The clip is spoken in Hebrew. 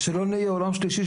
ושלא נהיה פה עולם שלישי,